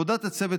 עבודת הצוות,